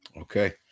Okay